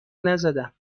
نزدم